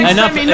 Enough